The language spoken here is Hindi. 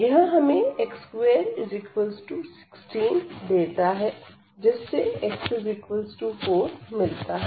यह हमें x216 देता है जिससे x4 मिलता है